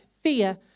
fear